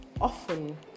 Often